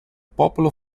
popolo